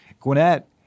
Gwinnett